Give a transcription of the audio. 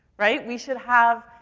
right? we should have,